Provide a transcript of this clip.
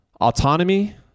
autonomy